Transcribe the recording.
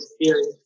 experience